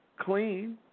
clean